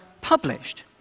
published